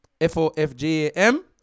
F-O-F-J-A-M